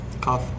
Cough